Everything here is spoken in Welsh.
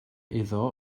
iddo